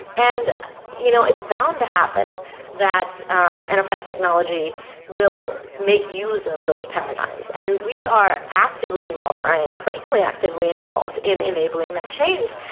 and you know it's bound to happen that enterprise technology will make use of those paradigms, and we are actively involved. i am personally actively involved in enabling that change,